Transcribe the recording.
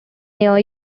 near